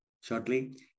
shortly